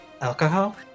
Alcohol